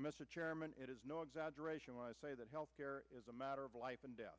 mr chairman it is no exaggeration when i say that health care is a matter of life and death